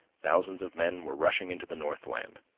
thousands of men were rushing into the northland.